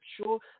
show